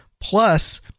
plus